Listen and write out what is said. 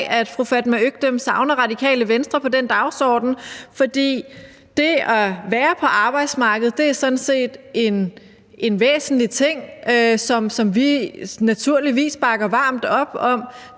at fru Fatma Øktem savner Radikale Venstre på den dagsorden, fordi det at være på arbejdsmarkedet sådan set er en væsentlig ting, som vi naturligvis bakker varmt op om.